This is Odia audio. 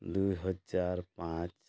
ଦୁଇହଜାର ପାଞ୍ଚ